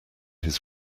his